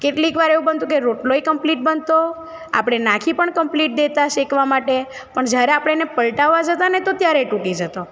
કેટલીક વાર એવું બનતું કે રોટલોય કમ્પ્લીટ બનતો આપણે નાખી પણ કમ્પ્લીટ દેતાં શેકવા માટે પણ જ્યારે આપણે એને પલટાવવા જતાં ને તો ત્યારે તૂટી જતો